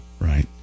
right